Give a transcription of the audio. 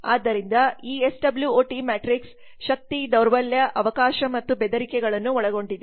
ಆದ್ದರಿಂದ ಈ S W O T matrix ಶಕ್ತಿ ದೌರ್ಬಲ್ಯ ಅವಕಾಶ ಮತ್ತು ಬೆದರಿಕೆಗಳನ್ನು ಒಳಗೊಂಡಿದೆ